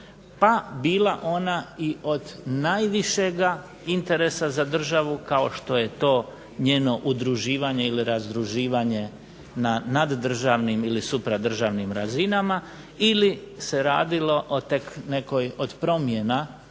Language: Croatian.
pa bila ona i od najvišega interesa za državu kao što je to njeno udruživanje ili razdruživanje na naddržavnim ili supradržavnim razinama, ili se radilo o tek